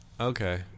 okay